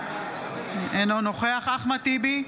אינו נוכח אחמד טיבי,